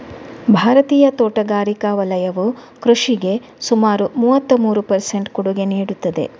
ಭಾರತೀಯ ತೋಟಗಾರಿಕಾ ವಲಯವು ಕೃಷಿಗೆ ಸುಮಾರು ಮೂವತ್ತಮೂರು ಪರ್ ಸೆಂಟ್ ಕೊಡುಗೆ ನೀಡುತ್ತದೆ